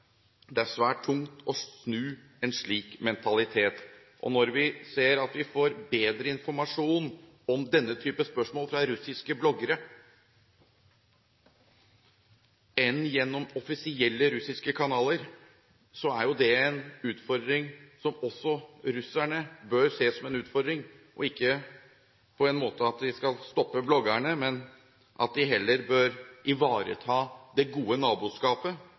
det er svært tungt å snu en slik mentalitet. Når vi ser at vi får bedre informasjon om denne typen spørsmål fra russiske bloggere enn gjennom offisielle russiske kanaler, er det en utfordring som også russerne bør se på som en utfordring – ikke at de skal stoppe bloggerne, men at de heller bør ivareta det gode naboskapet,